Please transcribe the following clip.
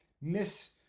miss